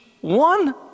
one